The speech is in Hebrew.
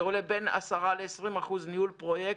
זה עולה בין 10% ל-20% ניהול פרויקט.